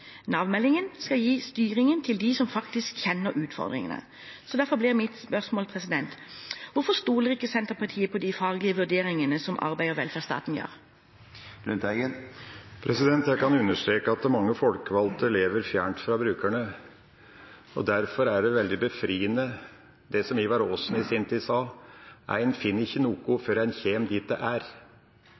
Nav-meldingen skal gi styringen til dem som faktisk kjenner utfordringene. Derfor blir mitt spørsmål: Hvorfor stoler ikke Senterpartiet på de faglige vurderingene som arbeids- og velferdsetaten gjør? Jeg kan understreke at mange folkevalgte lever fjernt fra brukerne. Derfor er det veldig befriende, det Ivar Aasen i sin tid sa: «Ein finn ikkje noko før ein kjem der det er.»